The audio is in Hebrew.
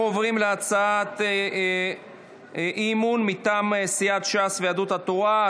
אנחנו עוברים להצעת אי-אמון מטעם סיעת ש"ס ויהדות התורה.